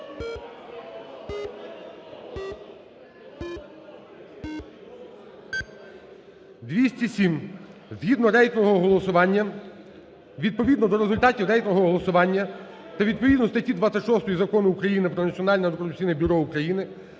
За-207 Згідно рейтингового голосування… Відповідно до результатів рейтингового голосування та відповідно статті 26 Закону України "Про Національне антикорупційне бюро України"